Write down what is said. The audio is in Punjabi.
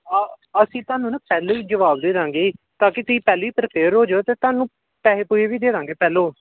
ਅਸੀਂ ਤੁਹਾਨੂੰ ਨਾ ਪਹਿਲਾਂ ਹੀ ਜਵਾਬ ਦੇ ਦਾਂਗੇ ਤਾਂ ਕਿ ਤੁਸੀਂ ਪਹਿਲਾਂ ਹੀ ਪ੍ਰੀਪੇਅਰ ਹੋ ਜਾਓ ਅਤੇ ਤੁਹਾਨੂੰ ਪੈਸੇ ਪੂਸੇ ਵੀ ਦੇ ਦਾਂਗੇ ਪਹਿਲਾਂ